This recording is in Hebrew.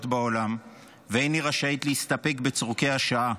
בעולם ואין היא רשאית להסתפק בצורכי השעה.